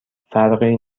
فرقی